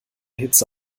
hitze